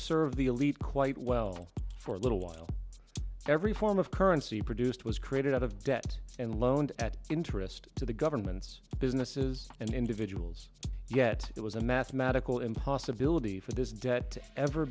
serve the elite quite well for a little while every form of currency produced was created out of debt and loaned at interest to the governments businesses and individuals yet it was a mathematical impossibility for this debt ever